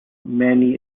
many